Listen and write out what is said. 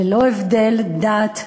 ללא הבדל דת,